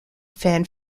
fan